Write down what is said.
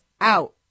out